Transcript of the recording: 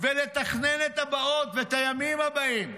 ולתכנן את הבאות ואת הימים הבאים.